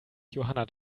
johanna